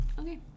Okay